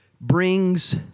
brings